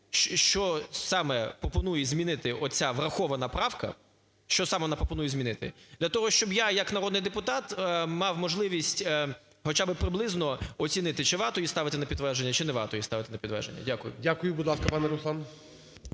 що саме пропонує змінити оця врахована правка, що саме вона пропонує змінити. Для того, щоб я як народний депутат мав можливість хоча би приблизно оцінити, чи варто її ставити на підтвердження, чи не варто її ставити на підтвердження. Дякую. ГОЛОВУЮЧИЙ. Дякую. Будь ласка, пане Руслан.